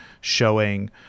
showing